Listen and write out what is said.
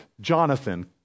Jonathan